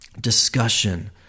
discussion